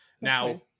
Now